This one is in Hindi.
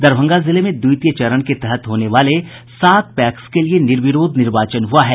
दरभंगा जिले में द्वितीय चरण के तहत होने वाले सात पैक्स के लिये निर्विरोध निर्वाचन हुआ है